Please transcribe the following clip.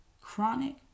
chronic